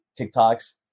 TikToks